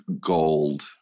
gold